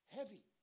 Heavy